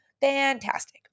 Fantastic